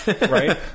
Right